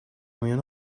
میان